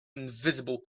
invisible